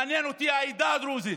מעניין אותי העדה הדרוזית,